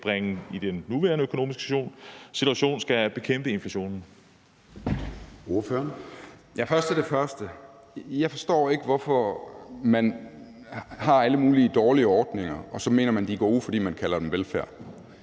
vi i den nuværende økonomiske situation skal bekæmpe inflationen.